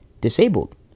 disabled